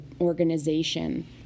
organization